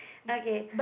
okay